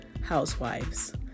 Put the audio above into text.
housewives